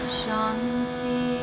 Shanti